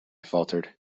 faltered